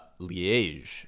Liège